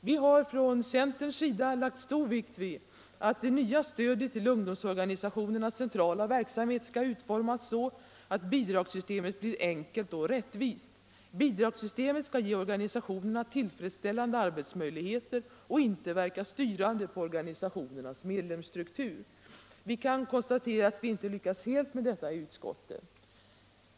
Vi har från centerns sida lagt stor vikt vid att det nya stödet till ungdomsorganisationernas centrala verksamhet skall utformas så, att bidragssystemet blir enkelt och rättvist. Bidragssystemet skall ge organisationerna tillfredsställande arbetsmöjligheter och inte verka styrande på organisationernas medlemsstruktur. Vi kan konstatera att vi i utskottet inte lyckats helt med detta.